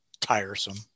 tiresome